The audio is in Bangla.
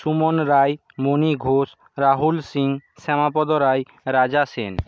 সুমন রায় মণি ঘোষ রাহুল সিং শ্যামাপদ রায় রাজা সেন